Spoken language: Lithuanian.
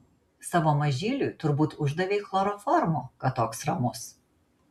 savo mažyliui turbūt uždavei chloroformo kad toks ramus